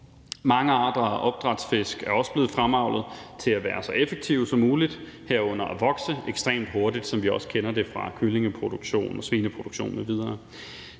Mange arter af opdrætsfisk er også blevet fremavlet til at være så effektive som muligt, herunder at vokse ekstremt hurtigt, som vi også kender det fra kyllingeproduktionen og svineproduktionen